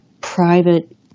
private